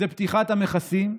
זה פתיחת המכסים,